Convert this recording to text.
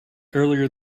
earlier